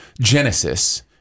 genesis